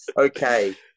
okay